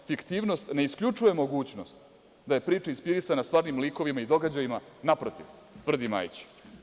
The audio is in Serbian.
Fiktivnost ne isključuje mogućnost da je priča inspirisana stvarnim likovima i događajima, naprotiv, tvrdi Majić.